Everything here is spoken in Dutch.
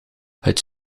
het